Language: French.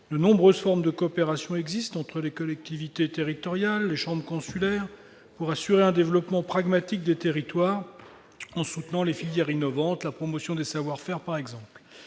de nombreuses formes de coopération existent entre les collectivités territoriales et les chambres consulaires afin d'assurer un développement pragmatique des territoires, un soutien aux filières innovantes et la promotion des savoir-faire, le